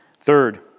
Third